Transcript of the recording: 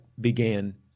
began –